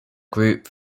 group